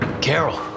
Carol